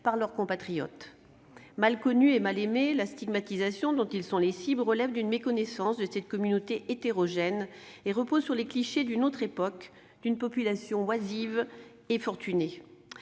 par leurs compatriotes. Mal connus et mal aimés, la stigmatisation dont ils sont les cibles relève d'une méconnaissance de cette communauté hétérogène et repose sur les clichés d'une autre époque d'une population oisive et fortunée.